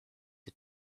are